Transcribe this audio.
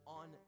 on